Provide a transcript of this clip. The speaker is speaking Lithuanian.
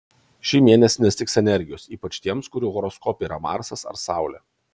šį mėnesį nestigs energijos ypač tiems kurių horoskope yra marsas ar saulė